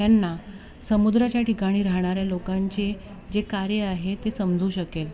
त्यांना समुद्राच्या ठिकाणी राहणाऱ्या लोकांचे जे कार्य आहे ते समजू शकेल